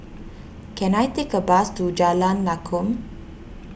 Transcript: can I take a bus to Jalan Lakum